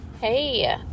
Hey